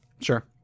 sure